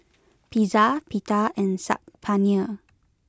Pizza Pita and Saag Paneer